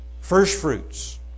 firstfruits